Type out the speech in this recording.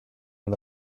den